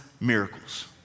miracles